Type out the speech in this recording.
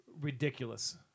ridiculous